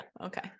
Okay